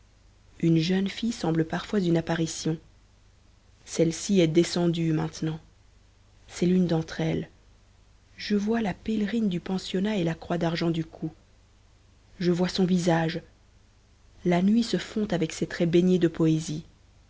une jeune fille semble parfois une apparition celle-ci est descendue maintenant c'est l'une d'entre elles je vois la pèlerine du pensionnat et la croix d'argent du cou je vois son visage la nuit se fond avec ses traits baignés de poésie